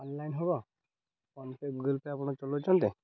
online ହବ PhonePe Google Pay ଆପଣ ଚଲାଉଛନ୍ତି